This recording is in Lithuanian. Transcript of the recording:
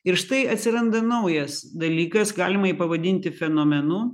ir štai atsiranda naujas dalykas galima jį pavadinti fenomenu